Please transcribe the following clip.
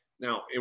Now